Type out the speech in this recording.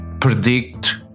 predict